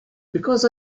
because